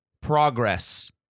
progress